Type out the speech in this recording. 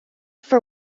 for